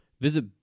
Visit